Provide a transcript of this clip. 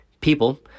People